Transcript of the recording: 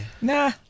Nah